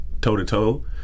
toe-to-toe